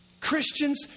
Christians